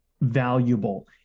valuable